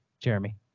Jeremy